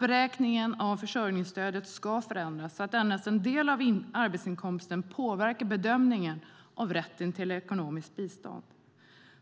Beräkningen av försörjningsstödet ska förändras så att endast en del av arbetsinkomsten påverkar bedömningen av rätten till ekonomiskt bistånd.